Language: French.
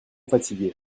fatigué